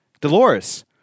Dolores